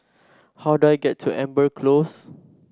how do I get to Amber Close